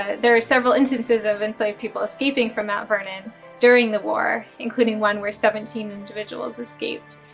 ah there are several instances of enslaved people escaping from mount vernon during the war, including one where seventeen individuals escaped,